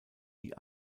die